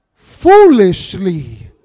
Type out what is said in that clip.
Foolishly